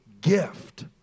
gift